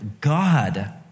God